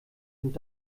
und